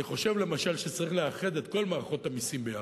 אני חושב למשל שצריך לאחד את כל מערכות המסים ביחד,